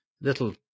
little